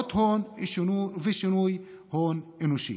השקעות הון ושינוי הון אנושי,